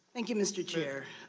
inc. you mr. chairman,